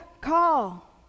call